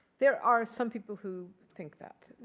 there are some people who think that.